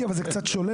אתי אבל זה קצת שולל,